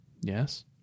Yes